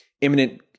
imminent